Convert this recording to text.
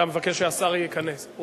אתה מבקש שהשר ייכנס.